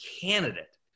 candidate